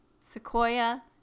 sequoia